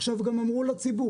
עכשיו גם אמרו לציבור,